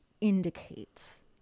indicates